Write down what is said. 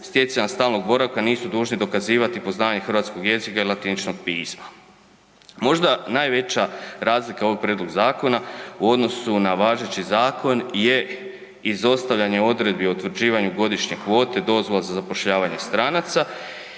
stjecanja stalnog boravka nisu dužni dokazivati poznavanje hrvatskog jezika i latiničnog pisma. Možda najveća razlika ovog prijedloga zakona u odnosu na važeći zakon je izostavljanje odredbi o utvrđivanju godišnje kvote, dozvola za zapošljavanje stranaca